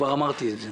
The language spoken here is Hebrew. כבר אמרתי את זה.